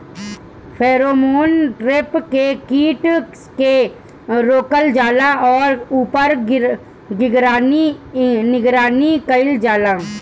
Pheromone trap से कीट के रोकल जाला और ऊपर निगरानी कइल जाला?